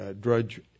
drudge